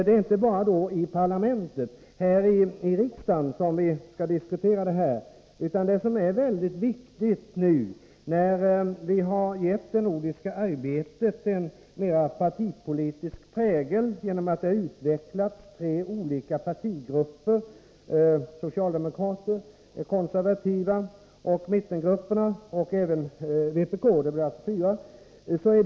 Det är inte bara i parlamentet, här i riksdagen, som vi skall diskutera dessa saker. Vi har gett det nordiska arbetet en mera partipolitisk prägel genom att utveckla olika partigrupper: socialdemokrater, konservativa, mittengrupperna och vpk, alltså fyra grupper.